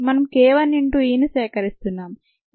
మనం k1 into Eని సేకరిస్తున్నాం